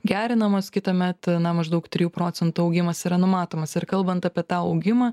gerinamos kitąmet na maždaug trijų procentų augimas yra numatomas ir kalbant apie tą augimą